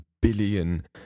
billion